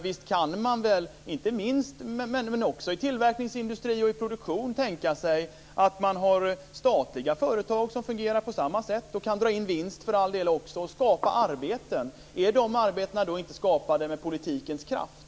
Visst kan man också i tillverkningsindustri och produktion tänka sig att ha statliga företag som fungerar på samma sätt och kan dra in vinst och skapa arbeten. Är de arbetena då inte skapade med politikens kraft?